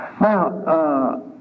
Now